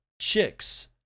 chicks